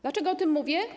Dlaczego o tym mówię?